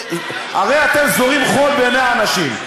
הרי אתם זורים חול בעיני האנשים.